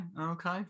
Okay